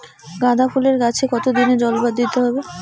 গাদা ফুলের গাছে দিনে কতবার জল দিতে হবে?